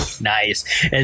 nice